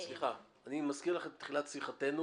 אני מזכיר לך את תחילת שיחתנו